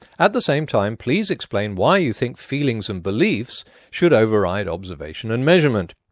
at the same time, please explain why you think feelings and beliefs should override observation and measurement.